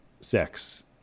sex